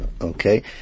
Okay